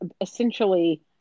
essentially